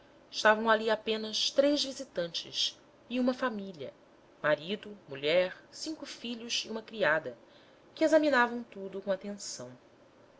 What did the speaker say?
estavam ali apenas três visitantes e uma família marido mulher cinco filhos e uma criada que examinavam tudo com atenção